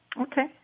Okay